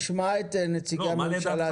נשמע את נציגי הממשלה תיכף.